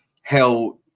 held